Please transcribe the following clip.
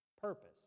purpose